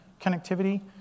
connectivity